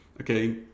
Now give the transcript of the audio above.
okay